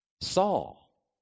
Saul